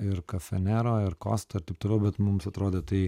ir kafenero ir kosta ir taip toliau bet mums atrodė tai